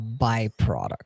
byproduct